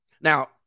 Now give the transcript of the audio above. Now